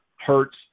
Hurts